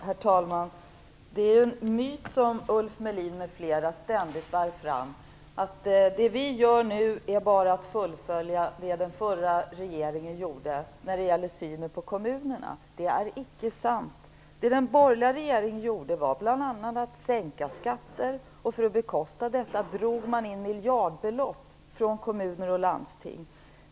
Herr talman! Det som Ulf Melin m.fl. ständigt bär fram, att det vi nu gör bara är att fullfölja vad den förra regeringen gjorde när det gäller synen på kommunerna, är en myt. Det är inte sant. Vad den borgerliga regeringen gjorde var bl.a. att sänka skatter, och för att bekosta detta drog man in miljardbelopp från kommuner och landsting.